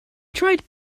tried